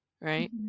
right